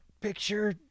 picture